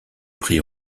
prix